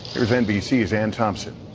here's nbc's anne thompson.